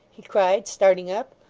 he cried, starting up.